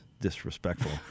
disrespectful